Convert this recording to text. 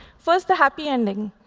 first, the happy ending.